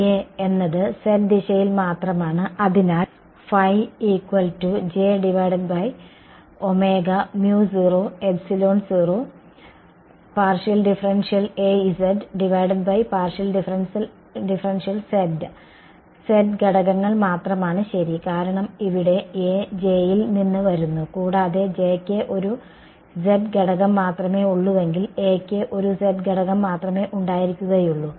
A എന്നത് z ദിശയിൽ മാത്രമാണ് അതിനാൽ z ഘടകങ്ങൾ മാത്രമാണ് ശരി കാരണം ഇവിടെ A J യിൽ നിന്ന് വരുന്നുകൂടാതെ J യ്ക് ഒരു z ഘടകം മാത്രമേ ഉള്ളൂവെങ്കിൽ A യ്ക് ഒരു z ഘടകം മാത്രമേ ഉണ്ടായിരിക്കുകയുള്ളു